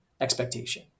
expectation